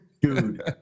dude